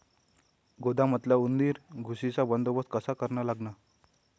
गोदामातल्या उंदीर, घुशीचा बंदोबस्त कसा करा लागन?